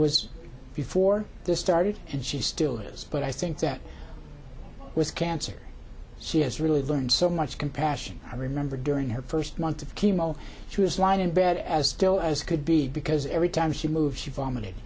was before this started and she still is but i think that with cancer she has really learned so much compassion i remember during her first months of chemo she was lying in bed as still as could be because every time she moved she vomit